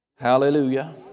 hallelujah